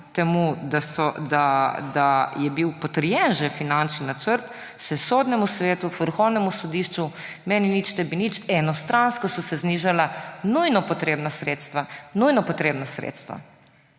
temu da je že bil potrjen finančni načrt, Sodnemu svetu, Vrhovnemu sodišču meni nič, tebi nič enostransko znižala nujno potrebna sredstva. Nujno potrebna sredstva.